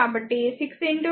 కాబట్టి 16 3